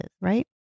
right